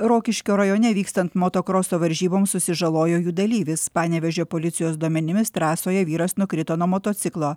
rokiškio rajone vykstant motokroso varžyboms susižalojo jų dalyvis panevėžio policijos duomenimis trasoje vyras nukrito nuo motociklo